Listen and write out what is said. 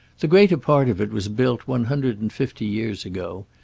the greater part of it was built one hundred and fifty years ago,